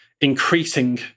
increasing